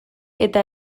eta